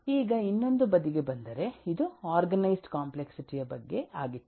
ಈಗ ಇನ್ನೊಂದು ಬದಿಗೆ ಬಂದರೆ ಇದು ಆರ್ಗನೈಜ್ಡ್ ಕಾಂಪ್ಲೆಕ್ಸಿಟಿ ಯ ಬಗ್ಗೆ ಆಗಿತ್ತು